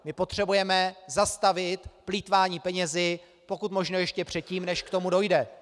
My potřebujeme zastavit plýtvání penězi pokud možno ještě předtím, než k tomu dojde.